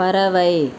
பறவை